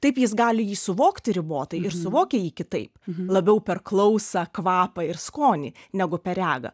taip jis gali jį suvokti ribotai ir suvokia jį kitaip labiau per klausą kvapą ir skonį negu per regą